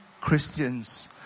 Christians